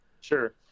Sure